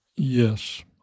Yes